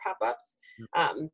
pop-ups